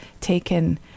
taken